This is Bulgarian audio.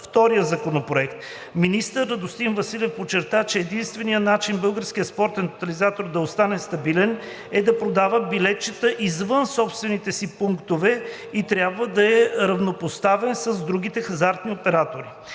втория законопроект. Министър Радостин Василев подчерта, че единственият начин „Българският спортен тотализатор“ да остане стабилен е да продава билетчета извън собствените си пунктове и трябва да е равнопоставен с другите хазартни оператори.